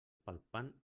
palpant